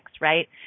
right